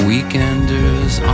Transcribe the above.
Weekenders